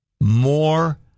More